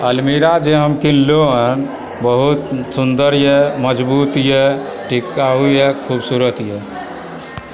अलमीरा जे हम कीनलहुँ हन बहुत सुन्दर यऽ मजबूत यऽ टिकाउ यऽ खूबसूरत यऽ